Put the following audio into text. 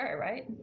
right